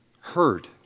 heard